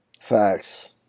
Facts